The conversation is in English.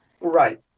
Right